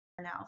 now